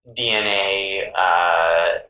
DNA